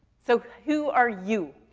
so who are you?